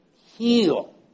heal